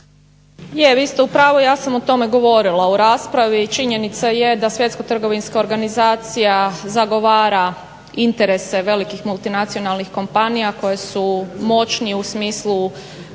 Je vi ste u pravu, ja sam o tome govorila u raspravi i činjenica je da WTO zagovara interese velikih multinacionalnih kompanija koje su moćnije u smislu